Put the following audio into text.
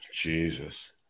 Jesus